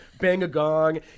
Bang-A-Gong